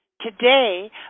Today